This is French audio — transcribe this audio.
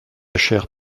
chère